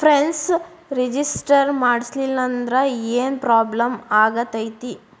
ಷೇರ್ನ ರಿಜಿಸ್ಟರ್ ಮಾಡ್ಸಿಲ್ಲಂದ್ರ ಏನ್ ಪ್ರಾಬ್ಲಮ್ ಆಗತೈತಿ